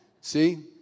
See